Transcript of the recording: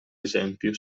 esempio